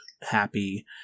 happy